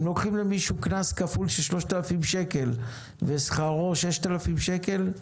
אם לוקחים למישהו קנס כפול בסכום של 3,000 שקלים ושכרו 6,000 שקלים,